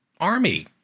Army